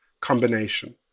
combination